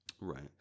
Right